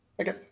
Okay